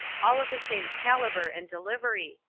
all of the same caliber and delivery,